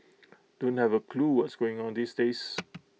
don't have A clue what's going on these days